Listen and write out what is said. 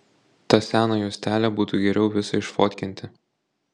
tą seną juostelę būtų geriau visą išfotkinti